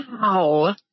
Wow